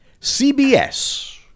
CBS